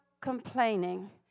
complaining